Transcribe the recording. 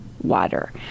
water